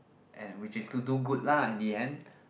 and which is to do good lah in the end